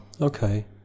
Okay